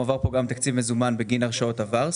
מועבר כאן גם תקציב מזומן בגין הרשאות עבר.